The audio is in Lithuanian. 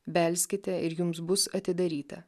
belskite ir jums bus atidaryta